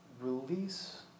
release